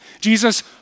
Jesus